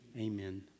Amen